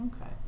Okay